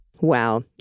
wow